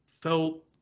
felt